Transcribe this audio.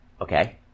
Okay